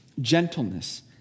gentleness